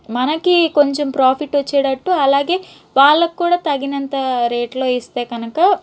మనకి కొంచం ప్రాఫిట్ వచ్చేటట్టు అలాగే వాళ్ళక్కూడా తగినంత రేట్లో ఇస్తే కనుక